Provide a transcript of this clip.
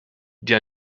die